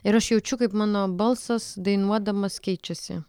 ir aš jaučiu kaip mano balsas dainuodamas keičiasi